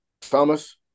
Thomas